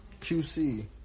QC